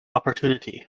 opportunity